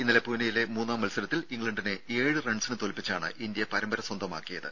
ഇന്നലെ പൂനെയിലെ മൂന്നാം മത്സരത്തിൽ ഇംഗ്ലണ്ടിനെ ഏഴ് റൺസിന് തോൽപ്പിച്ചാണ് ഇന്ത്യ പരമ്പര സ്വന്തമാക്കിയത്